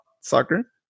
soccer